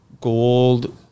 gold